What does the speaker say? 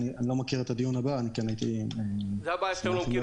שמי עמרי